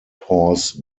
horse